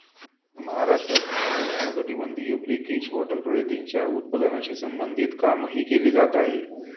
महाराष्ट्रात उष्णकटिबंधीय brackish water प्रजातींच्या उत्पादनाशी संबंधित कामही केले जात आहे